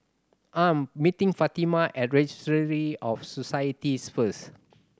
I'm meeting Fatima at Registry of Societies first